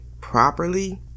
properly